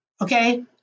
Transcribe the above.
okay